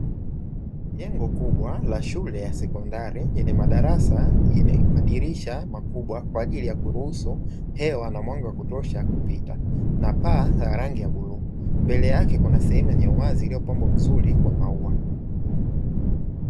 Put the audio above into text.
Jengo kubwa la shule ya sekondari, lenye madarasa yenye madirisha makubwa kwa ajili ya kuruhusu hewa na mwanga wa kutosha kupita, na paa la rangi ya bluu. Mbele yake kuna sehemu ya uwazi iliyopambwa kwa maua.